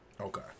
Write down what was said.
Okay